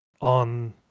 on